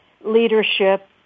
Leadership